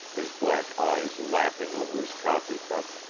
his black eyes laughing over his coffee cup.